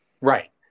Right